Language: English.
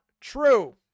True